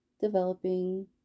developing